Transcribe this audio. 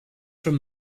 from